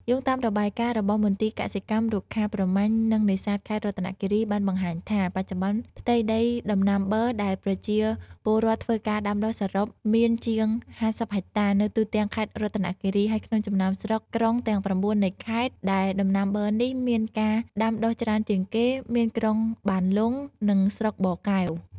យោងតាមរបាយការណ៍របស់មន្ទីរកសិកម្ម រុក្ខាប្រមាញ់ និងនេសាទខេត្តរតនគិរី បានបង្ហាញថា បច្ចុប្បន្នផ្ទៃដីដំណាំប័រដែលប្រជាពលរដ្ឋធ្វើការដាំដុះសរុបមានជាង ៥០ហិកតា នៅទូទាំងខេត្តរតនគិរី ហើយក្នុងចំណោម ស្រុក ក្រុងទាំង៩ នៃខេត្ត ដែលដំណាំប័រនេះ មានការដាំដុះច្រើនជាងគេ មានក្រុងបានលុង និងស្រុកបរកែវ។